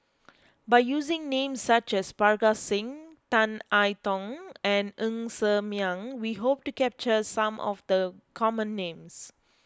by using names such as Parga Singh Tan I Tong and Ng Ser Miang we hope to capture some of the common names